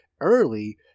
early –